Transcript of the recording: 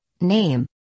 name